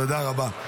תודה רבה.